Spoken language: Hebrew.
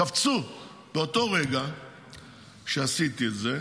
קפצו באותו רגע שעשיתי את זה.